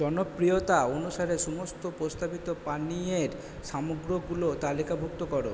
জনপ্রিয়তা অনুসারে সমস্ত প্রস্তাবিত পানীয়ের সামগ্রীগুলো তালিকাভুক্ত করো